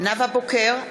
נאוה בוקר,